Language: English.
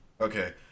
Okay